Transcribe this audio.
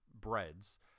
breads